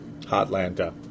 Hotlanta